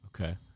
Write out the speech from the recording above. Okay